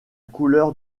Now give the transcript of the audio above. couleur